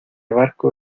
barco